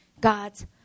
God's